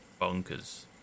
bonkers